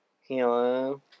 Hello